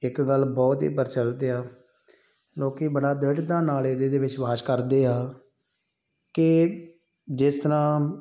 ਇੱਕ ਗੱਲ ਬਹੁਤ ਹੀ ਪ੍ਰਚਲਿਤ ਆ ਲੋਕ ਬੜਾ ਦ੍ਰਿੜਤਾ ਨਾਲ ਇਹਦੇ 'ਤੇ ਵਿਸ਼ਵਾਸ ਕਰਦੇ ਹਾਂ ਕਿ ਜਿਸ ਤਰ੍ਹਾਂ